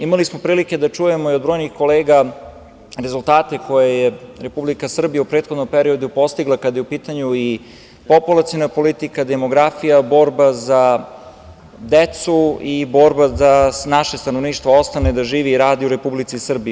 Imali smo prilike da čujemo i od brojnih kolega rezultate koje je Republika Srbija u prethodnom periodu postigla, kada je u pitanju i populaciona politika, demografija, borba za decu i borba da naše stanovništvo ostane da živi u Republici Srbiji.